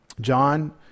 John